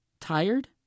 Tired